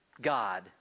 God